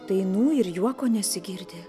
dainų ir juoko nesigirdi